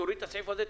תוריד את הסעיף הזה,